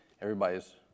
Everybody's